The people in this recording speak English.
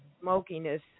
smokiness